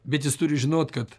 bet jis turi žinot kad